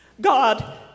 God